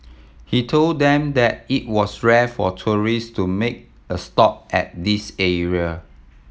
he told them that it was rare for tourist to make a stop at this area